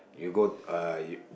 you go uh you